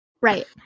Right